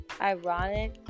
ironic